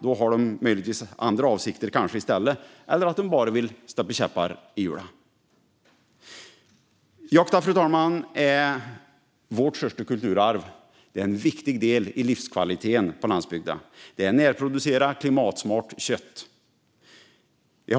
De har möjligtvis andra avsikter eller vill bara sätta käppar i hjulen. Fru talman! Jakten är vårt största kulturarv. Den är en viktig del i livskvaliteten på landsbygden. Den ger närproducerat, klimatsmart kött.